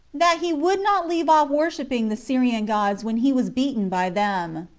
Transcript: that he would not leave off worshipping the syrian gods when he was beaten by them,